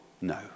No